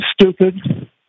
stupid